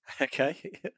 Okay